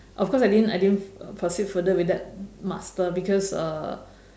of course I didn't I didn't proceed further with that master because uh